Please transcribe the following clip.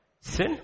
sin